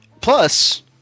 Plus